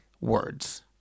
words